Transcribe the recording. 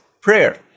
prayer